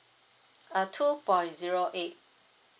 uh two point zero eight